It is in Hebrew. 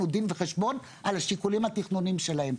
דין וחשבון על השיקולים התכנוניים שלהם.